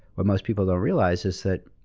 what most people don't realize, is that